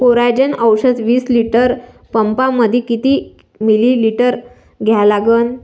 Coragen औषध विस litre पंपामंदी किती मिलीमिटर घ्या लागन?